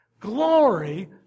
Glory